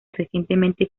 recientemente